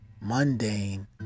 mundane